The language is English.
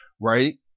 right